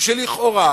שלכאורה